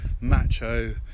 macho